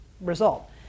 result